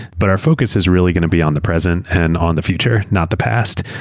but our focus is really going to be on the present and on the future, not the past.